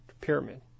pyramid